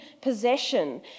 possession